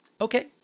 Okay